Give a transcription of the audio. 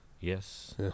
Yes